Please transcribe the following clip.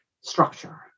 structure